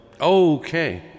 Okay